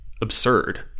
absurd